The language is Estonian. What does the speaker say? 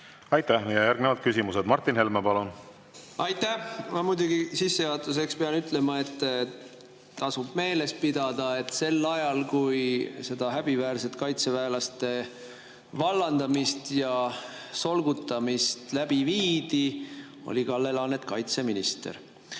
Aitäh! Ja järgnevalt küsimused. Martin Helme, palun! Aitäh! Ma muidugi sissejuhatuseks pean ütlema, et tasub meeles pidada, et sel ajal, kui seda häbiväärset kaitseväelaste vallandamist ja solgutamist läbi viidi, oli Kalle Laanet kaitseminister.